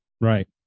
Right